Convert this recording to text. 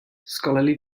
scholarly